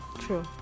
true